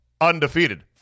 undefeated